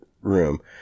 room